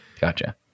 Gotcha